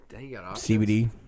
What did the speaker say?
CBD